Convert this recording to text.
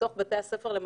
בתוך בתי הספר למחול,